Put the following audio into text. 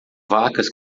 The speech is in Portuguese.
vacas